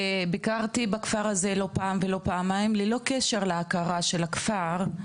ביקרתי בכפר הזה לא פעם ולא פעמיים ללא קשר להכרה של הכפר.